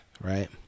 Right